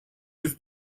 yüz